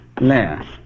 layer